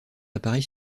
appareil